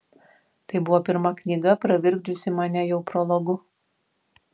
tai buvo pirma knyga pravirkdžiusi mane jau prologu